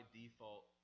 default